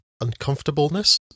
uncomfortableness